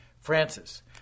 Francis